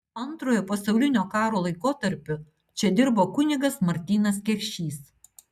antrojo pasaulinio karo laikotarpiu čia dirbo kunigas martynas keršys